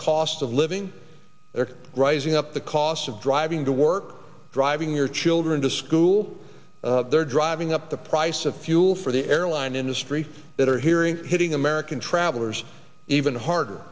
cost of living that are rising up the cost of driving to work driving your children to school they're driving up the price of fuel for the airline industry that are hearing hitting american travelers even harder